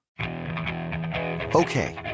Okay